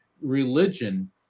religion